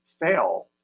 fail